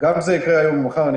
אני מקווה שהיום או מחר.